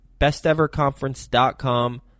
Besteverconference.com